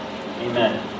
Amen